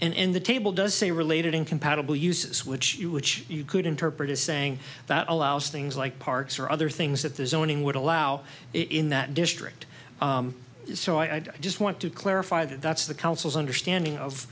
purpose and the table does say related incompatible uses which you which you could interpret as saying that allows things like parks or other things that the zoning would allow in that district so i just want to clarify that that's the council's understanding of